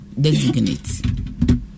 designate